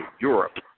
Europe